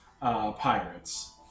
pirates